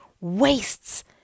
wastes